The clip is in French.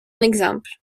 exemple